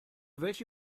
welche